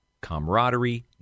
camaraderie